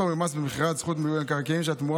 פטור ממס במכירת זכות במקרקעין שהתמורה